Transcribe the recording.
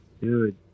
Dude